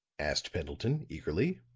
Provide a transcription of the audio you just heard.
asked pendleton, eagerly.